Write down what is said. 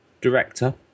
director